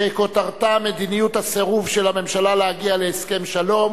שכותרתה: מדיניות הסירוב של הממשלה להגיע להסכם שלום.